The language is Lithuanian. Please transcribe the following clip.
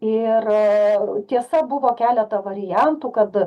ir tiesa buvo keletą variantų kad